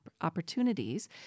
opportunities